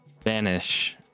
vanish